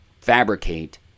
fabricate